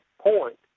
point